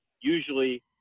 usually